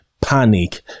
panic